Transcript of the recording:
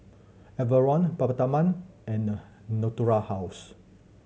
Enervon Peptamen and the Natura House